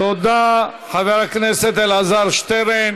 תודה, חבר הכנסת אלעזר שטרן.